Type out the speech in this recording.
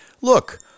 Look